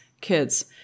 kids